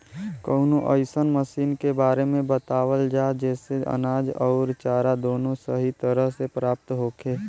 कवनो अइसन मशीन के बारे में बतावल जा जेसे अनाज अउर चारा दोनों सही तरह से प्राप्त होखे?